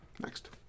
next